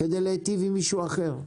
כדי להיטיב עם מישהו אחר?